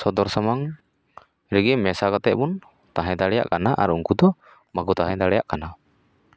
ᱥᱚᱫᱚᱨ ᱥᱟᱢᱟᱝ ᱨᱮᱜᱮ ᱢᱮᱥᱟ ᱠᱟᱛᱮᱫ ᱵᱚᱱ ᱛᱟᱦᱮᱸ ᱫᱟᱲᱮᱭᱟᱜ ᱠᱟᱱᱟ ᱟᱨ ᱩᱱᱠᱩᱫᱚ ᱵᱟᱠᱚ ᱛᱟᱦᱮᱸ ᱫᱟᱲᱮᱭᱟᱜ ᱠᱟᱱᱟ